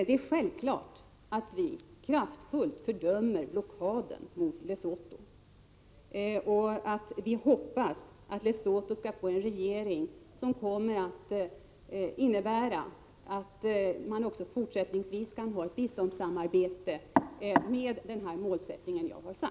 Det är självklart att vi kraftfullt fördömer blockaden mot Lesotho och att vi hoppas att Lesotho skall få en sådan regering att man också fortsättningsvis kan ha ett biståndssamarbete med den målsättning jag nämnde.